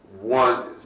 one